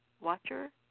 watcher